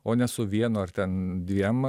o ne su vienu ar ten dviem